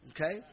Okay